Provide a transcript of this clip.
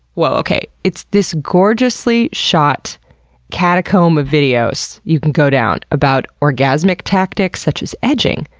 whoa, okay. it's this gorgeously shot catacomb of videos you can go down about orgasmic tactics, such as edging,